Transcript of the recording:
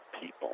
people